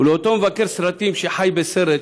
ולאותו מבקר סרטים שחי בסרט,